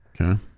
Okay